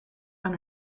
aan